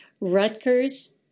Rutgers